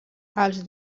els